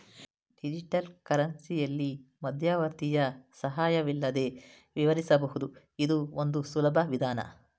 digital ಕರೆನ್ಸಿಯಲ್ಲಿ ಮಧ್ಯವರ್ತಿಯ ಸಹಾಯವಿಲ್ಲದೆ ವಿವರಿಸಬಹುದು ಇದು ಒಂದು ಸುಲಭ ವಿಧಾನ